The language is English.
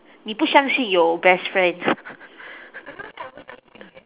你不相信有 best friend